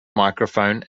microphone